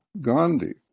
Gandhi